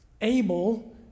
Abel